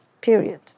period